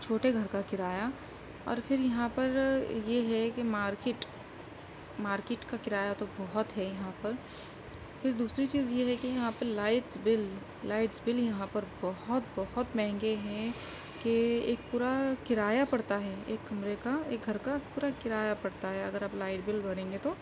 چھوٹے گھر کا کرایہ اور پھر یہاں پر یہ ہے کہ مارکیٹ مارکیٹ کا کرایہ تو بہت ہے یہاں پر پھر دوسری چیز یہ ہے کہ یہاں پر لائٹس بل لائٹس بل یہاں پر بہت بہت مہنگے ہیں کہ ایک پورا کرایہ پڑتا ہے ایک کمرے کا ایک گھر کا پورا کرایہ پڑتا ہے اگر آپ لائٹ بل بھریں گے تو